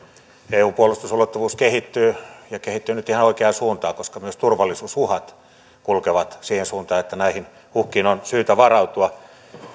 eun puolustusulottuvuus kehittyy ja kehittyy nyt ihan oikeaan suuntaan koska myös turvallisuusuhat kulkevat siihen suuntaan että näihin uhkiin on syytä varautua